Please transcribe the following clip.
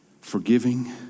forgiving